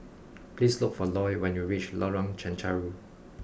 please look for Loy when you reach Lorong Chencharu